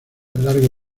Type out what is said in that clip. largo